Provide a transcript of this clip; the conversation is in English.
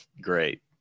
great